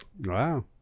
Wow